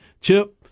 Chip